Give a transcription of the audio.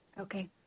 Okay